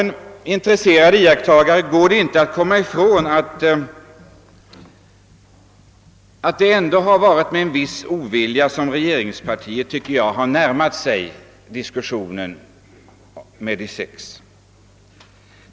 En intresserad iakttagare kan inte tycka annat än att regeringspartiet med en viss ovilja närmat sig diskussioner med De sex.